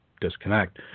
disconnect